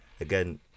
again